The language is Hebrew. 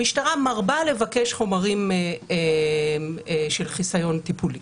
המשטרה מרבה לבקש חומרים של חיסיון טיפולי.